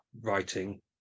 writing